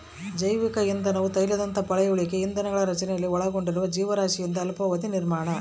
ಜೈವಿಕ ಇಂಧನವು ತೈಲದಂತಹ ಪಳೆಯುಳಿಕೆ ಇಂಧನಗಳ ರಚನೆಯಲ್ಲಿ ಒಳಗೊಂಡಿರುವ ಜೀವರಾಶಿಯಿಂದ ಅಲ್ಪಾವಧಿಯ ನಿರ್ಮಾಣ